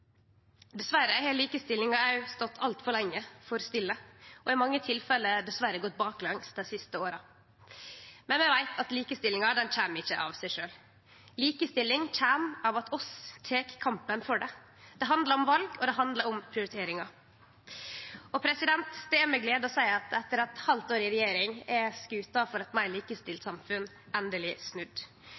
Dessverre har likestillinga stått for stille altfor lenge, og i mange tilfelle har det dessverre gått baklengs dei siste åra. Vi veit at likestillinga kjem ikkje av seg sjølv. Likestilling kjem av at vi tek kampen for det. Det handlar om val, og det handlar om prioriteringar. Det er med glede eg seier at etter eit halvt år i regjering er skuta for eit meir likestilt samfunn endeleg snudd.